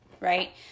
right